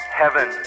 heaven